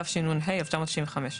התשנ"ה-1995.